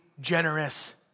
generous